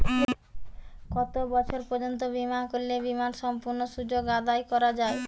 কত বছর পর্যন্ত বিমা করলে বিমার সম্পূর্ণ সুযোগ আদায় করা য়ায়?